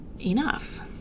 enough